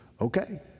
okay